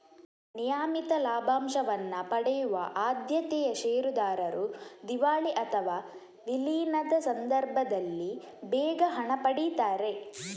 ನಿಯಮಿತ ಲಾಭಾಂಶವನ್ನ ಪಡೆಯುವ ಆದ್ಯತೆಯ ಷೇರುದಾರರು ದಿವಾಳಿ ಅಥವಾ ವಿಲೀನದ ಸಂದರ್ಭದಲ್ಲಿ ಬೇಗ ಹಣ ಪಡೀತಾರೆ